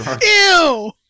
Ew